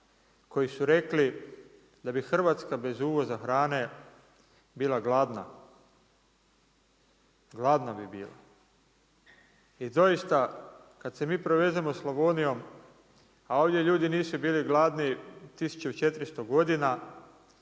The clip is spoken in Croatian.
koji su rekli da bi Hrvatska bez uvoza hrane bila gladna. Gladna bi bila. I doista, kad se mi provezemo Slavonijom, a ovdje ljudi nisu bili gladni 1400 godina,